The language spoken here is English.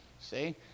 see